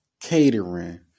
catering